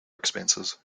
expenses